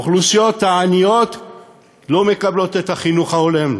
האוכלוסיות העניות לא מקבלות את החינוך ההולם.